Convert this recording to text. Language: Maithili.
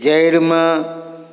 जड़िमे